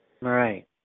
Right